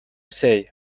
say